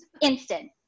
instant